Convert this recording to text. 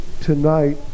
tonight